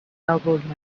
elbowed